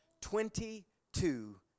Twenty-two